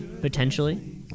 potentially